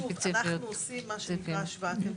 שוב, אנחנו עושים, מה שנקרא, השוואת טמפרטורה.